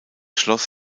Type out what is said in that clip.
schloss